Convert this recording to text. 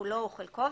כולו או חלקו,